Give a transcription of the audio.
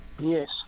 Yes